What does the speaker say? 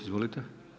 Izvolite.